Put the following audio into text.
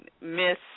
Miss